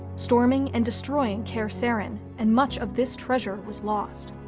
storming and destroying kaer seren, and much of this treasure was lost.